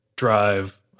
Drive